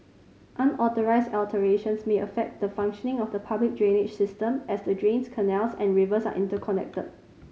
unauthorised alterations may affect the functioning of the public drainage system as the drains canals and rivers are interconnected